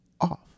off